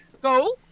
Go